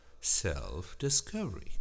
self-discovery